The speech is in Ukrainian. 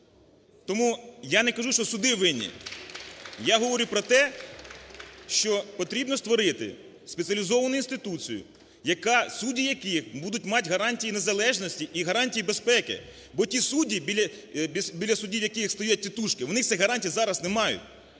Тому я не кажу, що суди винні. Я говорю про те, що потрібно створити спеціалізовану інституцію, судді яких будуть мати гарантії незалежності і гарантії безпеки. Бо ті судді, біля судів яких стоять тітушки, вони цих гарантій зараз не мають.